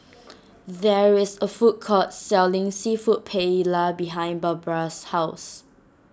there is a food court selling Seafood Paella behind Barbra's house